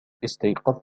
استيقظت